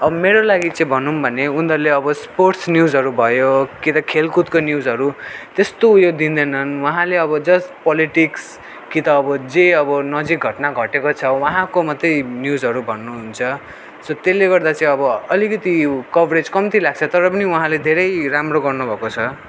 अब मेरो लागि चाहिँ भनौँ भने उनीहरूले अब स्पोर्ट्स न्युजहरू भयो कि त खेलकुदको न्युहरू त्यस्तो उयो दिँदैनन् वहाँले अब जस्ट पोलिटिक्स कि त अब जे नजिक घटना घटेको छ वहाँको मात्रै न्युजहरू भन्नुहुन्छ सो त्यसले गर्दा चाहिँ अब अलिकति कभरेज कम्ती लाग्छ तर पनि वहाँले धेरै राम्रो गर्नु भएको छ